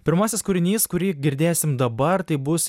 pirmasis kūrinys kurį girdėsim dabar tai bus